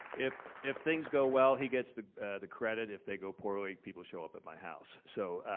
if if things go well, he gets the the credit. if they go poorly, people show up at my house. so,